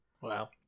Wow